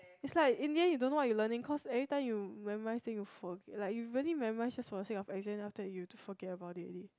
it's like in the end you don't know what you learning cause every time you memorize thing is for like you really memorize just for the sake of exam then after that you just forget about it